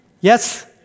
Yes